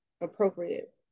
appropriate